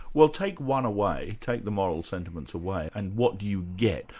well, take one away, take the moral sentiments away, and what do you get?